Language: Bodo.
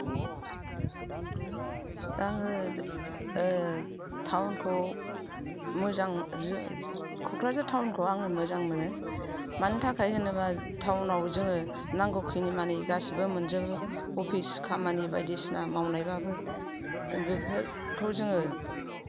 दा आङो टावनखौ मोजां क'क्राझार टावनखौ आङो मोजां मोनो मानो थाखाय होनोबा टावनाव जोङो नांगौखिनि माने गासैबो मोनजोबो अफिस खामानि बायदिसिना मावनायबाबो बेफोरखौ जोङो